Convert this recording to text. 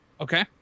Okay